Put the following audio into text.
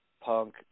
Punk